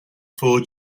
four